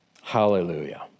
Hallelujah